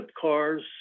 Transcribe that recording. cars